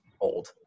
old